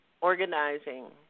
organizing